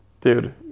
dude